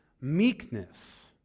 meekness